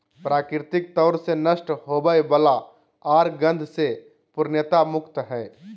प्राकृतिक तौर से नष्ट होवय वला आर गंध से पूर्णतया मुक्त हइ